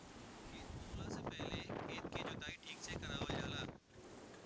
खेत बोवला से पहिले खेत के जोताई ठीक से करावल जाला